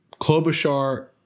Klobuchar